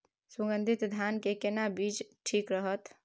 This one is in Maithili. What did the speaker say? सुगन्धित धान के केना बीज ठीक रहत?